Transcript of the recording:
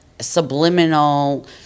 subliminal